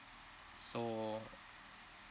so